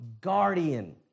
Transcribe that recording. guardian